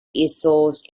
easels